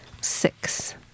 Six